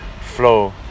flow